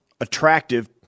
attractive